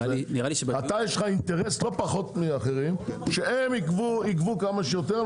יש לך אינטרס לא פחות מאחרים שהם יגבו כמה שיותר,